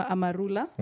Amarula